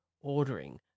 ordering